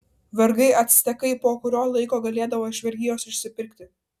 vergai actekai po kurio laiko galėdavo iš vergijos išsipirkti